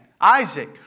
Isaac